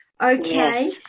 Okay